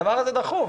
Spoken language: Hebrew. הדבר הזה דחוף.